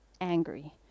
angry